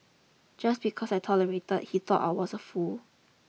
just because I tolerated he thought I was a fool